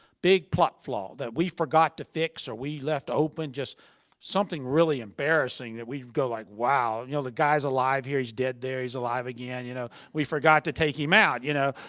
big plot flaw that we forgot to fix or we left open just something really embarressing that we go like, wow. you know the guy's alive here, he's dead there, he's alive again. you know we forgot to take him out, you know?